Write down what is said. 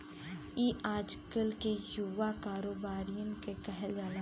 ई आजकल के युवा कारोबारिअन के कहल जाला